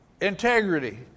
integrity